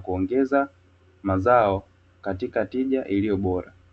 kuongeza mazao.